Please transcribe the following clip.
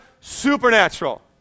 supernatural